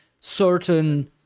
certain